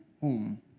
home